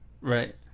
Right